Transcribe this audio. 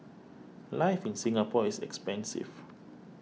life in Singapore is expensive